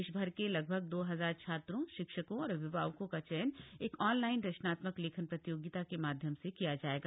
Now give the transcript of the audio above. देश भर के लगभग दो हजार छात्रों शिक्षकों और अभिभावकों का चयन एक ऑनलाइन रचनात्मक लेखन प्रतियोगिता के माध्यम से किया जायेगा